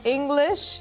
English